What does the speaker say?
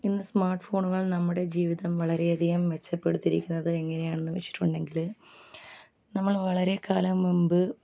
ഇന്ന് സ്മാർട്ട് ഫോണുകൾ നമ്മുടെ ജീവിതം വളരെയധികം മെച്ചപ്പെടുത്തിയിരിക്കുന്നത് എങ്ങനെയാണെന്ന് വെച്ചിട്ടുണ്ടെങ്കിൽ നമ്മൾ വളരെ കാലം മുൻപ്